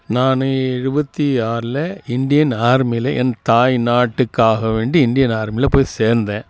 நானு எழுபத்தி ஆறில் இந்தியன் ஆர்மியில என் தாய் நாட்டுக்காக வேண்டி இந்தியன் ஆர்மியில போய் சேர்ந்தேன்